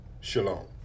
Shalom